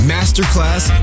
Masterclass